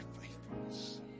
faithfulness